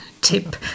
tip